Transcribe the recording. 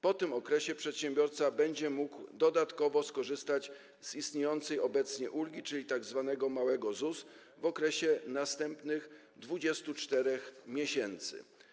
Po tym okresie przedsiębiorca będzie mógł dodatkowo skorzystać z istniejącej obecnie ulgi, czyli tzw. małego ZUS, w okresie następnych 24 miesięcy.